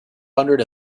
hundred